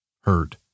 Hurt